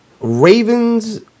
Ravens